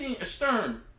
astern